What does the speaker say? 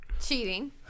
Cheating